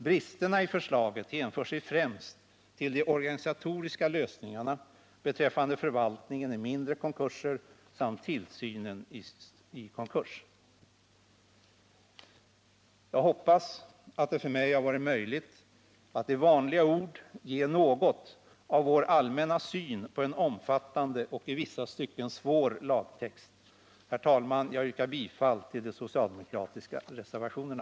Bristerna i förslaget hänför sig främst till de organisatoriska lösningarna beträffande förvaltningen i mindre konkurser samt tillsynen i konkurs. Jag hoppas att det för mig varit möjligt att i vanliga ord ge något av vår allmänna syn på en omfattande och i vissa stycken svår lagtext. Herr talman! Jag yrkar bifall till de socialdemokratiska reservationerna.